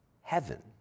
heaven